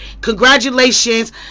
congratulations